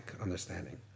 understanding